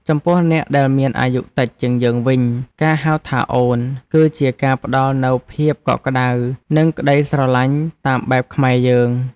ចំពោះអ្នកដែលមានអាយុតិចជាងយើងវិញ ការហៅថាអូនគឺជាការផ្ដល់នូវភាពកក់ក្តៅនិងក្ដីស្រឡាញ់តាមបែបខ្មែរយើង។